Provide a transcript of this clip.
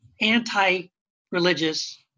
anti-religious